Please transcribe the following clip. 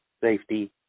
safety